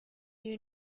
you